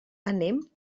anem